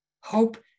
Hope